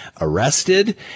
arrested